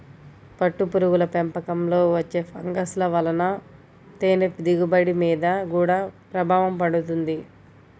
పట్టుపురుగుల పెంపకంలో వచ్చే ఫంగస్ల వలన తేనె దిగుబడి మీద గూడా ప్రభావం పడుతుంది